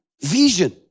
Vision